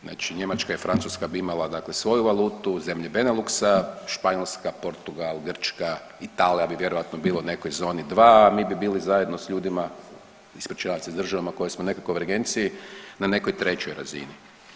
Znači Njemačka i Francuska bi imala, dakle svoju valutu, zemlje Beneluxa, Španjolska, Portugal, Grčka, Italija bi vjerojatno bila u nekoj zoni II, a mi bi bili zajedno sa ljudima, ispričavam se s državama s kojima smo u nekoj konvergenciji na nekoj trećoj razini.